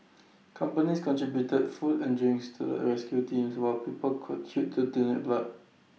companies contributed food and drinks to the rescue teams while people queued to donate blood